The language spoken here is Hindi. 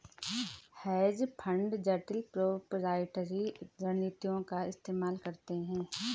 हेज फंड जटिल प्रोपराइटरी रणनीतियों का इस्तेमाल करते हैं